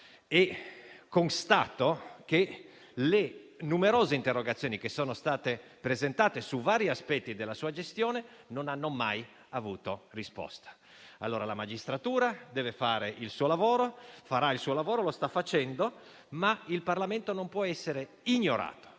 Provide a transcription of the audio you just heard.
e constato che le numerose interrogazioni che sono state presentate su vari aspetti della sua gestione non hanno mai avuto risposta. La magistratura deve fare il suo lavoro, lo farà e lo sta facendo, ma il Parlamento non può essere ignorato.